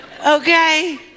Okay